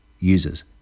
users